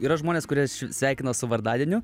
yra žmonės kurie sveikina su vardadieniu